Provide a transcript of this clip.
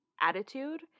attitude